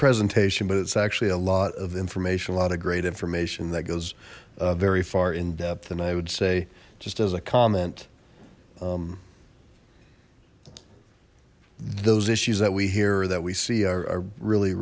presentation but it's actually a lot of information a lot of great information that goes very far in depth and i would say just as a comment those issues that we hear that we see are really